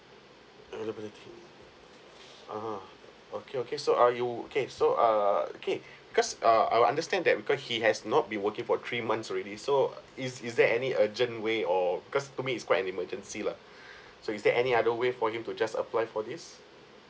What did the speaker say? availability ah ha okay okay so uh you okay so err okay because uh I understand that because he has not been working for three months already so is is there any urgent way or because to me it's quite an emergency lah so is there any other way for him to just apply for this